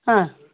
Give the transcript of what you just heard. हां